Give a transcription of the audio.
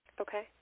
Okay